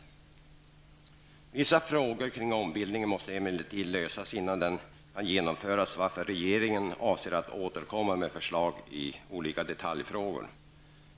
Vissa frågor kring ombildningen måste emellertid lösas innan den kan genomföras, varför regeringen avser att återkomma med förslag i olika detaljfrågor.